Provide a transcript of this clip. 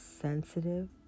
sensitive